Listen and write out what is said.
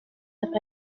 have